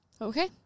Okay